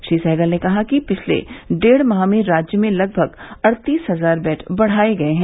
श्री सहगल ने कहा कि पिछले डेढ़ माह में राज्य में लगभग अड़तीस हजार बेड बढ़ाये गये हैं